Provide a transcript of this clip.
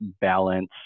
balance